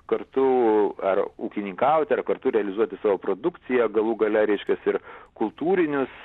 kartu ar ūkininkauti ar kartu realizuoti savo produkciją galų gale reiškias ir kultūrinius